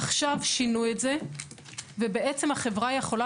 עכשיו שינו את זה ובעצם החברה יכולה